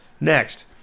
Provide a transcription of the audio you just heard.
Next